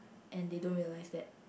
and they don't realise that